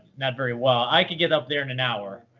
not very well. i could get up there in an hour.